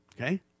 Okay